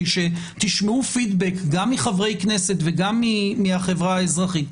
שתשמעו פידבק גם מחברי כנסת וגם מהחברה האזרחית?